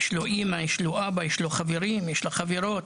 אמא ואבא, חברים וחברות.